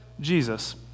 Jesus